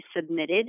submitted